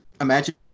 imagine